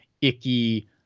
icky